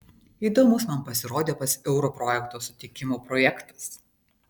įdomus man pasirodė pats euro projekto sutikimo projektas